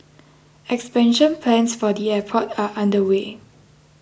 expansion plans for the airport are underway